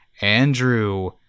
Andrew